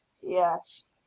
Yes